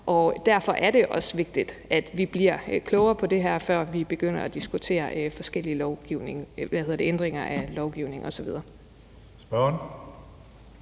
derfor er det også vigtigt, at vi bliver klogere på det her, før vi begynder at diskutere forskellige ændringer af lovgivningen osv.